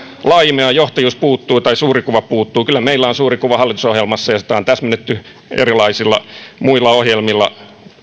laimea johtajuus puuttuu tai suuri kuva puuttuu kyllä meillä on suuri kuva hallitusohjelmassa ja sitä on täsmennetty erilaisilla muilla ohjelmilla